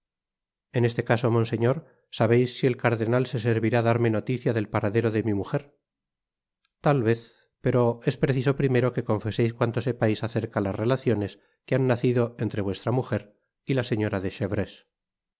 en este caso monseñor sabeis si el cardenal se servirá darme noticia del paradero de mi mujer tal vez pero es preciso primero que confeseis cuanto sepais acerca las relaciones que ha habido entre vuestra mujer y la señora de chevreuse